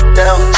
down